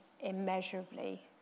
immeasurably